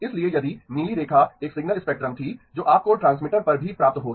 इसलिए यदि नीली रेखा एक सिग्नल स्पेक्ट्रम थी जो आपको ट्रांसमीटर पर भी प्राप्त होगी